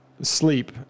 sleep